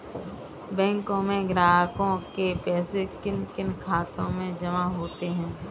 बैंकों में ग्राहकों के पैसे किन किन खातों में जमा होते हैं?